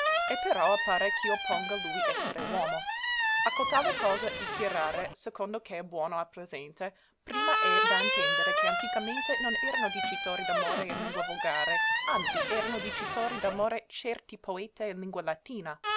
e però appare ch'io ponga lui essere uomo a cotale cosa dichiarare secondo che è buono a presente prima è da intendere che anticamente non erano dicitori d'amore in lingua volgare anzi erano dicitori d'amore certi poete in lingua latina